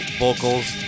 vocals